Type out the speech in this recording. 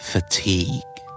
Fatigue